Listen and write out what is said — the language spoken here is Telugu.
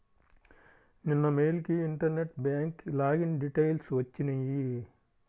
నిన్న మెయిల్ కి ఇంటర్నెట్ బ్యేంక్ లాగిన్ డిటైల్స్ వచ్చినియ్యి